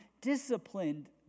disciplined